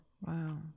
Wow